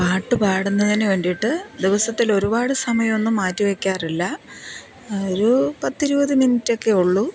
പാട്ട് പാടുന്നതിനുവേണ്ടിയിട്ട് ദിവസത്തില് ഒരുപാട് സമയമൊന്നും മാറ്റി വയ്ക്കാറില്ല ഒരു പത്തിരുപത് മിനിറ്റൊക്കെയേ ഉള്ളു